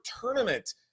tournament